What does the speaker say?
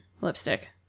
lipstick